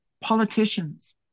Politicians